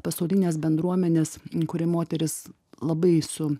pasaulinės bendruomenės kuri moteris labai su